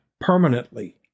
permanently